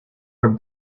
were